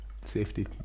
Safety